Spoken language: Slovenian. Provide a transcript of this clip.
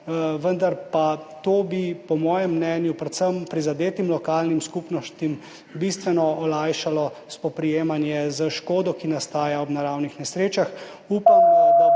vendar pa bi to po mojem mnenju predvsem prizadetim lokalnim skupnostim bistveno olajšalo spoprijemanje s škodo, ki nastaja ob naravnih nesrečah.